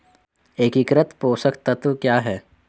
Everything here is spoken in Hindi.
एकीकृत पोषक तत्व क्या है?